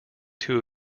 two